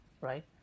right